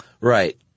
Right